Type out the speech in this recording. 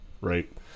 right